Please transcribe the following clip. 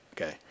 okay